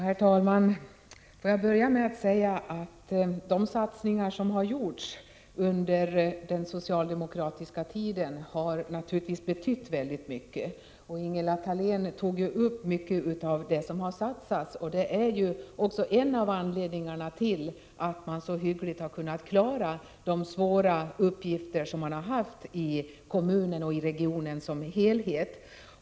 Herr talman! Får jag börja med att säga att de satsningar som har gjorts under den socialdemokratiska tiden naturligtvis har betytt väldigt mycket. Ingela Thalén berörde ju mycket av det som har satsats, satsningar som är en av anledningarna till att man så pass bra har kunnat klara de svåra uppgifterna i kommunen och i regionen som helhet.